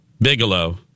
Bigelow